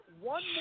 one